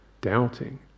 doubting